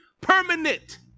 permanent